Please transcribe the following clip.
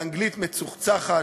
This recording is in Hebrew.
באנגלית מצוחצחת.